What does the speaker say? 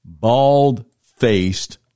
Bald-faced